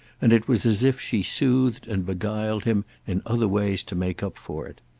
and it was as if she soothed and beguiled him in other ways to make up for it.